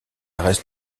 reste